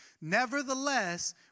Nevertheless